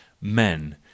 men